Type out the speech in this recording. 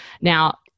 Now